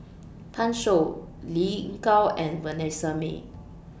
Pan Shou Lin Gao and Vanessa Mae